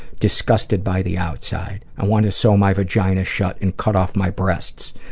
disgusted by the outside. i want to sew my vagina shut and cut off my breasts.